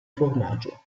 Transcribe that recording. formaggio